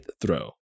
throw